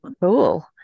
cool